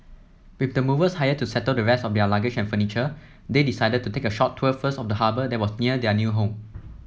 with the movers hired to settle the rest of their luggage and furniture they decided to take a short tour first of the harbour that was near their new home